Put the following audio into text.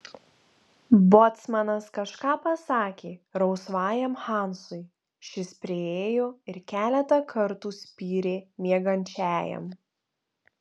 bocmanas kažką pasakė rausvajam hansui šis priėjo ir keletą kartų spyrė miegančiajam